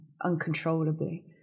uncontrollably